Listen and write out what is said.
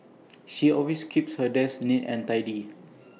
she always keeps her desk neat and tidy